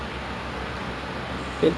I see I see damn